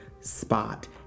spot